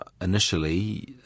Initially